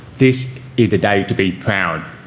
this is a day to be proud,